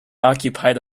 occupied